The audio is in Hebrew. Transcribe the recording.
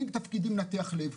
אני בתפקידי מנתח לב,